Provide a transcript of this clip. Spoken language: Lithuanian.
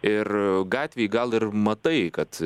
ir gatvėj gal ir matai kad